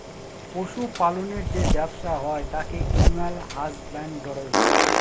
পশু পালনের যে ব্যবসা হয় তাকে এলিম্যাল হাসব্যানডরই বলে